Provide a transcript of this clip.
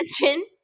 question